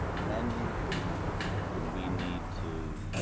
when would we need to.